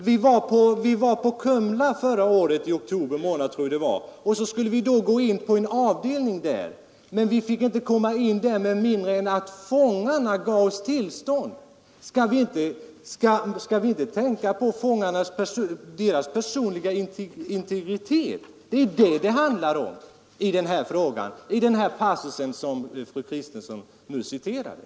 Vi var på Kumla förra året — i oktober månad tror jag det var — och skulle gå in på en avdelning där, men vi fick inte komma in på avdelningen med mindre än att fångarna gav oss tillstånd. Skall vi inte tänka på fångarnas personliga integritet? Det är detta det handlar om i den passus som fru Kristensson citerade.